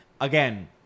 again